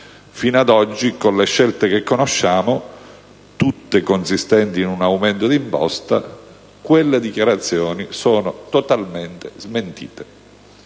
Fino ad oggi, con le scelte che conosciamo, tutte consistenti in un aumento d'imposta, quelle dichiarazioni sono totalmente smentite.